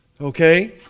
Okay